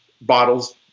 bottles